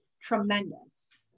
tremendous